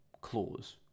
clause